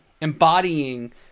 embodying